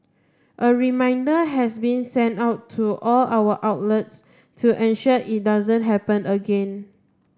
a reminder has been sent out to all our outlets to ensure it doesn't happened again